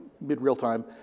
mid-real-time